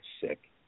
sick